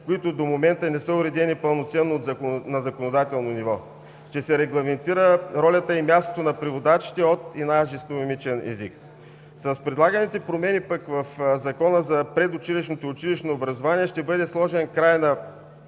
които до момента не са уредени пълноценно на законодателно ниво. Ще се регламентират ролята и мястото на преводачите от и на жестомимичен език. С предлаганите промени в Закона за предучилищното и училищното образование ще бъде сложен край на